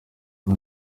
iyo